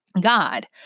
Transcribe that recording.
God